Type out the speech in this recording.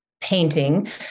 painting